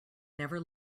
never